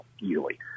easily